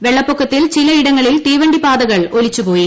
വെള്ളപ്പൊക്കത്തിൽ ചില ഇടങ്ങളിൽ തീവണ്ടിപാതകൾ ഒലിച്ചുപോയി